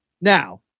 now